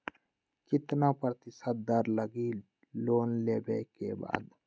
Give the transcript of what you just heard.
कितना प्रतिशत दर लगी लोन लेबे के बाद?